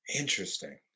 Interesting